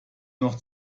noch